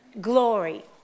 glory